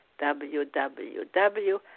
www